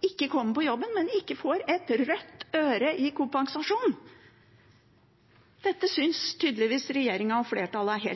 helt